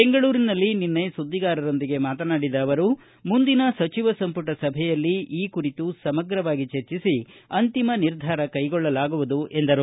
ಬೆಂಗಳೂರಿನಲ್ಲಿ ನಿನ್ನೆ ಸುದ್ದಿಗಾರರೊಂದಿಗೆ ಮಾತನಾಡಿದ ಅವರು ಮುಂದಿನ ಸಚಿವ ಸಂಪುಟ ಸಭೆಯಲ್ಲಿ ಈ ಕುರಿತು ಸಮಗ್ರವಾಗಿ ಚರ್ಚಿಸಿ ಅಂತಿಮ ನಿರ್ಧಾರ ಕೈಗೊಳ್ಳಲಾಗುವುದು ಎಂದರು